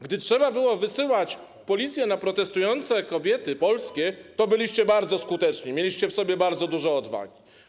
Gdy trzeba było wysyłać policję na polskie protestujące kobiety, to byliście bardzo skuteczni, mieliście w sobie bardzo dużo odwagi.